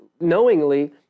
knowingly